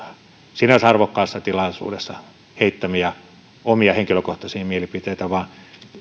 sinänsä arvokkaassa tilaisuudessa heittämiä omia henkilökohtaisia mielipiteitä vaan